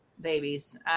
babies